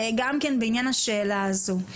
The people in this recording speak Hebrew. גם כן בעניין השאלה הזו,